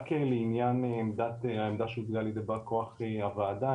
רק לעניין העמדה שהוצגה לבר כוח הועדה,